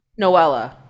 noella